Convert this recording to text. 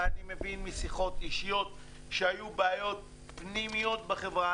ואני מבין משיחות אישיות שהיו בעיות פנימיות בחברה.